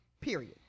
Period